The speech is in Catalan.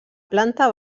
planta